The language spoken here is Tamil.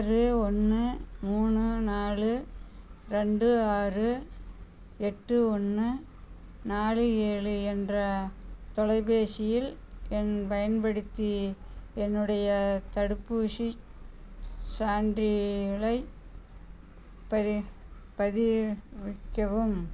ஆறு ஒன்று மூணு நாலு ரெண்டு ஆறு எட்டு ஒன்று நாலு ஏழு என்ற தொலைபேசியில் எண் பயன்படுத்தி என்னுடைய தடுப்பூசி சான்றிதழை பதிவிறக்கவும்